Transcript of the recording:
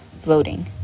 voting